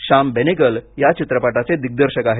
श्याम बेनेगल या चित्रपटाचे दिग्दर्शक आहेत